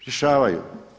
Rješavaju.